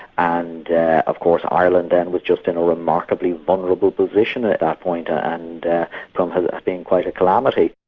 and of course ireland then was just in a remarkably vulnerable position at that point, ah and um has been quite a calamity.